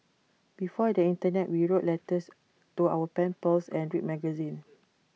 before the Internet we wrote letters to our pen pals and read magazines